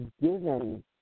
given